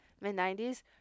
mid-90s